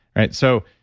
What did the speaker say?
right? so,